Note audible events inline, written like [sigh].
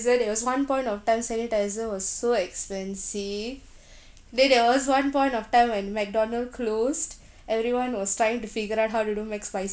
there was one point of time sanitiser was so expensive [breath] then there was one point of time when mcdonald closed everyone was trying to figure out how to do mcspicy